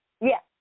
Yes